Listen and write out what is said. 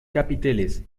capiteles